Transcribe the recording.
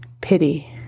pity